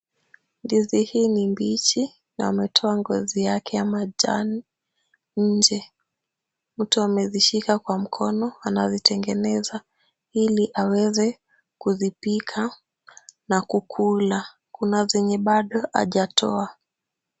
Ndizi hii ni mbichi na wametoa ngozi yake ya majani nje. Mtu amezishika kwa mkono anazitengeneza ili aweze kuzipika na kukula. Kuna zenye bado hajatoa.